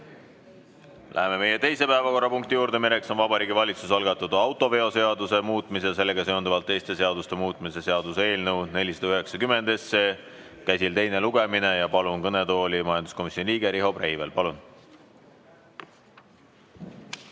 Läheme teise päevakorrapunkti juurde, milleks on Vabariigi Valitsuse algatatud autoveoseaduse muutmise ja sellega seonduvalt teiste seaduste muutmise seaduse eelnõu 490. Käsil on teine lugemine ja palun kõnetooli majanduskomisjoni liikme Riho Breiveli. Palun!